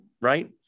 Right